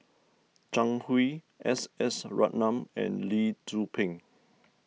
Zhang Hui S S Ratnam and Lee Tzu Pheng